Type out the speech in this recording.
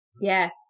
Yes